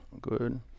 Good